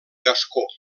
gascó